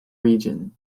region